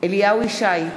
אליהו ישי,